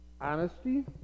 Honesty